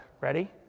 Ready